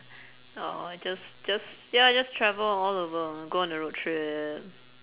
!aww! just just ya just travel all over go on a road trip